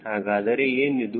ಹಾಗಾದರೆ ಏನಿದು